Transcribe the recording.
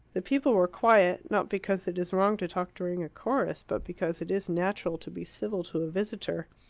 the people were quiet, not because it is wrong to talk during a chorus, but because it is natural to be civil to a visitor.